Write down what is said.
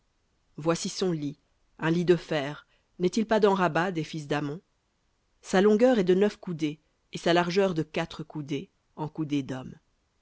voici son lit un lit de fer n'est-il pas dans rabba des fils d'ammon sa longueur est de neuf coudées et sa largeur de quatre coudées en coudées